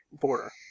border